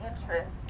interest